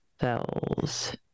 cells